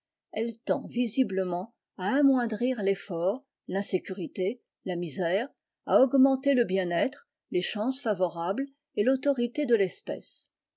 elle tend visiblement à amoindrir l'effort l'insécurité la misère à augmenter le bien-être les chances favorables et tautorité de l'espèce